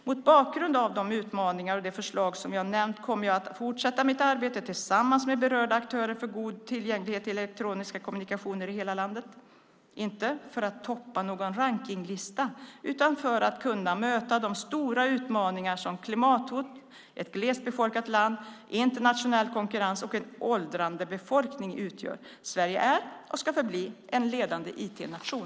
Mot bakgrund av de utmaningar och de förslag som jag nämnt kommer jag att fortsätta mitt arbete tillsammans med berörda aktörer för god tillgänglighet till elektroniska kommunikationer i hela landet. Inte för att toppa någon rankningslista utan för att kunna möta de stora utmaningar som klimathot, ett glest befolkat land, internationell konkurrens och en åldrande befolkning utgör. Sverige är och ska förbli en ledande IT-nation.